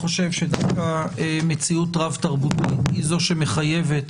אני חושב שדווקא מציאות רב-תרבותית היא זו שמחייבת